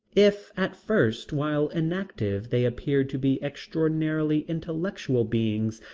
if at first while inactive they appeared to be extraordinarily intellectual beings,